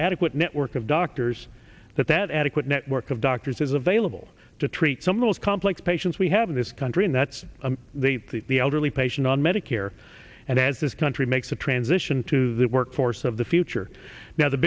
adequate network of doctors that that adequate network of doctors is available to treat some of those complex patients we have in this country and that's the elderly patients on medicare and as this country makes a transition to the workforce of the future now the